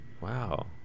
wow